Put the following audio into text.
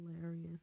Hilarious